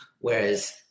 whereas